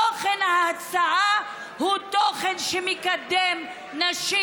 תוכן ההצעה הוא תוכן שמקדם נשים,